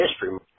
history